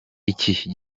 iki